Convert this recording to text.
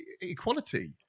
equality